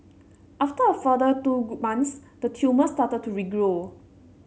after a further two months the tumour started to regrow